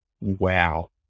Wow